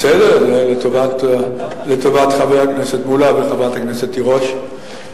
בסדר, זה לטובת חבר הכנסת מולה וחברת הכנסת תירוש.